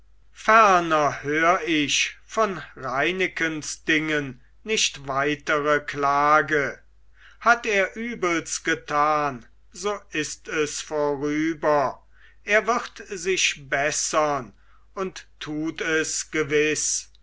hör ich von reinekens dingen nicht weitere klage hat er übels getan so ist es vorüber er wird sich bessern und tut es gewiß